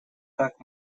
так